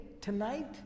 tonight